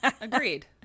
Agreed